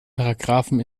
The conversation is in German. paragraphen